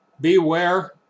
Beware